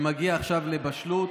והוא מגיע עכשיו לבשלות.